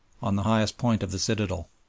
on the highest point of the citadel.